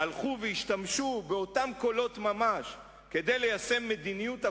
הלכו והשתמשו באותם קולות ממש כדי ליישם מדיניות הפוכה,